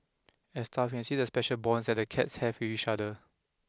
as staff we can see the special bonds that the cats have with each other